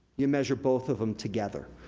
you measure both of them together,